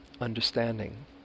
understanding